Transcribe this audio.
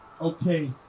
okay